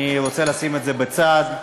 אני רוצה לשים את זה בצד.